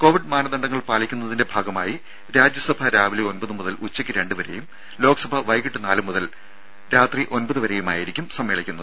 Covid മാനദണ്ഡങ്ങൾ പാലിക്കുന്നതിന്റെ ഭാഗമായി രാജ്യസഭ രാവിലെ ഒൻപത് മുതൽ ഉച്ചക്ക് രണ്ട് വരെയും ലോക്സഭ വൈകീട്ട് നാല് മുതൽ ഒൻപത് വരെയുമായിരിക്കും സമ്മേളിക്കുന്നത്